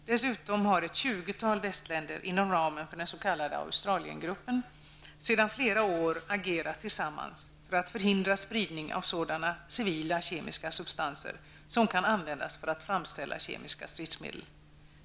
Dessutom har ett tjugotal västländer inom ramen för den s.k. Australiengruppen sedan flera år tillbaka agerat tillsammans för att hindra spridning av sådana civila kemiska substanser som kan användas för att framställa kemiska stridsmedel.